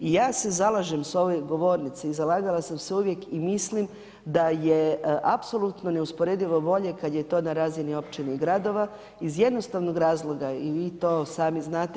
I ja se zalažem s ove govornice i zalagala sam se uvijek i mislim da je apsolutno neusporedivo volje, kad je to na razini općine i gradova, iz jednostavnog razloga i vi to sam znate.